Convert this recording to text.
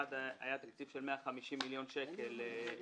אחד הוא תקציב של 150 מיליון שקל למיגון